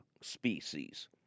species